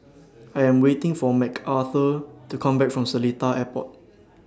I Am waiting For Mcarthur to Come Back from Seletar Airport